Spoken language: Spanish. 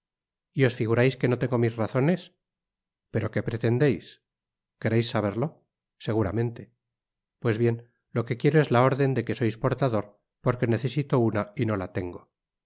y os figurais que no tengo mis razones pero qué pretendeis quereis saberlo seguramente pues bien lo que quiero es la órden de que sois portador porque necesito una y no la tengo